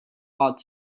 bought